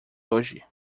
hoje